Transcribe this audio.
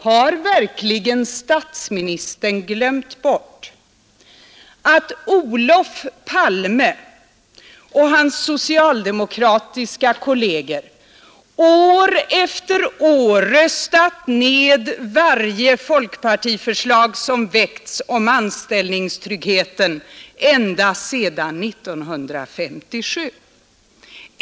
Har verkligen statsministern glömt bort att Olof Palme och hans socialdemokratiska kolleger år efter år röstat ned varje folkpartiförslag som väckts om anställningstryggheten ända sedan 1957?